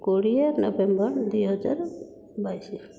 କୋଡ଼ିଏ ନଭେମ୍ବର ଦୁଇହଜାର ବାଇଶି